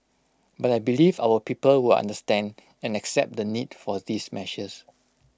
but I believe our people will understand and accept the need for these measures